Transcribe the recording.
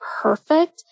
perfect